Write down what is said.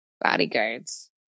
bodyguards